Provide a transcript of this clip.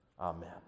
amen